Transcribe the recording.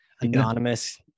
anonymous